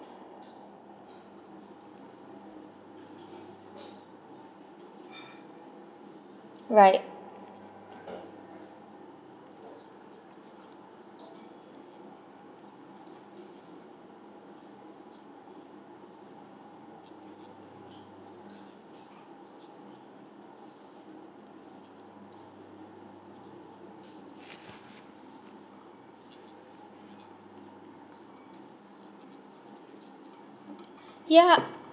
right yup